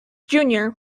junior